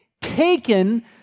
taken